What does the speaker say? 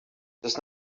does